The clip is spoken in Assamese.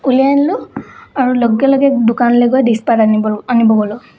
উলিয়াই আনিলোঁ আৰু লগে লগে দোকানেলৈ গৈ ডিছ পাত আনিব আনিব গ'লোঁ